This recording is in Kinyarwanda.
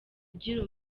ugira